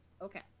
Okay